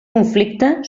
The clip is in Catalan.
conflicte